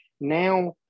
now